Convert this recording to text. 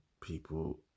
people